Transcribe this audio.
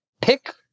pick